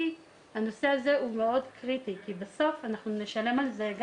הנושא הזה הוא מאוד קריטי כי בסוף אנחנו נשלם על זה.